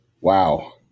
wow